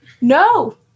No